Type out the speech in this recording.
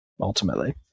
ultimately